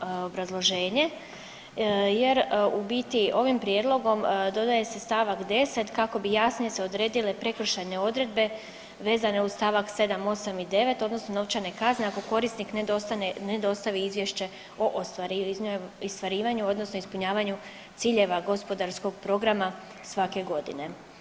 Ne prihvaćamo obrazloženje jer u biti, ovim prijedlogom, dodaje se stavak 10 kako bi jasnije se odredile prekršajne odredbe vezane uz st. 7, 8 i 9, odnosno novčane kazne ako korisnik ne dostavi izvješće o ostvarivanju odnosno ispunjavanju ciljeva gospodarskog programa svake godine.